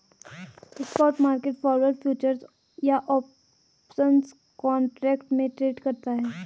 spot market forward, futures या options contract में trade करते हैं